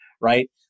right